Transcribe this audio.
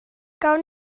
gawn